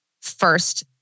first